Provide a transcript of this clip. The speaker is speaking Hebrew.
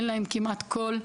אין להם כמעט קול,